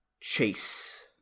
Chase